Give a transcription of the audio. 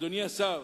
אדוני השר,